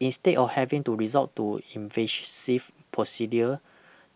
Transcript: instead of having to resort to invasive procedure